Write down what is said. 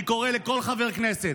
אני קורא לכל חבר כנסת,